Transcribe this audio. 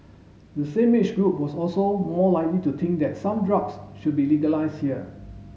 the same age group was also more likely to think that some drugs should be legalised here